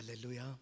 Hallelujah